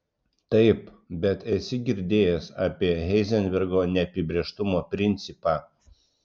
taip bet esi girdėjęs apie heizenbergo neapibrėžtumo principą